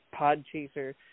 Podchaser